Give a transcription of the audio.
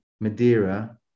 madeira